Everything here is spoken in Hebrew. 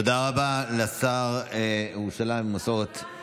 תודה רבה לשר ירושלים והמסורת, אבל